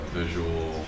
visual